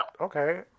Okay